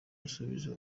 gusubiza